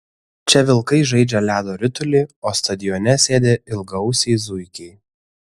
čia vilkai žaidžia ledo ritulį o stadione sėdi ilgaausiai zuikiai